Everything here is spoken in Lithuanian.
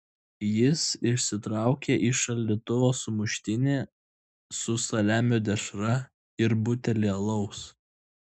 jis išsitraukė iš šaldytuvo sumuštinį su saliamio dešra ir butelį alaus